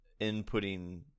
inputting